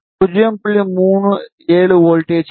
37 volt ஆகும்